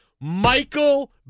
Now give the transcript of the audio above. Michael